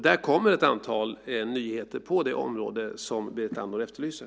Där kommer ett antal nyheter på området som Berit Andnor efterlyser.